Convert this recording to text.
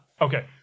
Okay